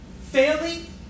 Failing